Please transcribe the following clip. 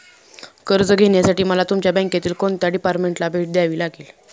कर्ज घेण्यासाठी मला तुमच्या बँकेतील कोणत्या डिपार्टमेंटला भेट द्यावी लागेल?